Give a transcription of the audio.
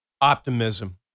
optimism